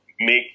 make